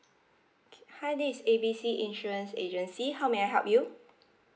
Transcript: hi this is A B C insurance agency how may I help you